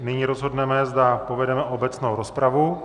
Nyní rozhodneme, zda povedeme obecnou rozpravu.